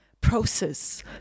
process